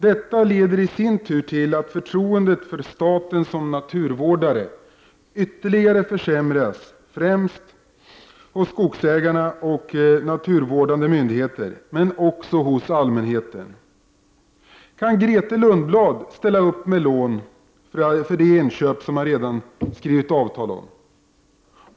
Det leder i sin tur till att förtroendet för staten som naturvårdare ytterligare försämras främst hos skogsägare och naturvårdande myndigheter men också hos allmänheten. Kan Grethe Lundblad ställa upp med lån för de inköp som det redan har skrivits avtal om?